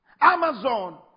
Amazon